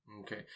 Okay